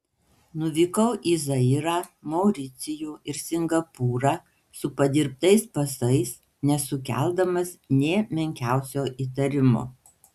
nuvykau į zairą mauricijų ir singapūrą su padirbtais pasais nesukeldamas nė menkiausio įtarimo